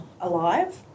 alive